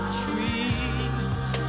trees